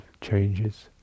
changes